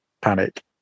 panic